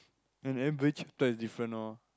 and everybody chapter is different loh